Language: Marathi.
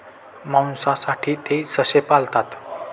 मांसासाठी ते ससे पाळतात